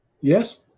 Yes